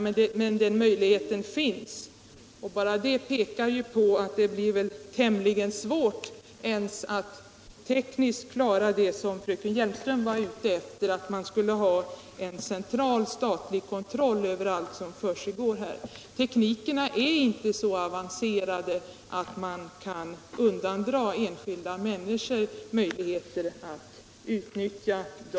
Men den möjligheten finns, och bara det pekar ju på att det blir tämligen svårt att ens tekniskt klara det som fröken Hjelmström var ute efter, nämligen att man skulle ha en central statlig kontroll över allt som försigår på detta område. Tekniken är inte så avancerad att man kan undandra enskilda människor möjligheter att utnyttja den.